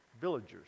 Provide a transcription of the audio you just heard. villagers